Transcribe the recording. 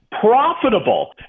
profitable